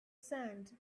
sand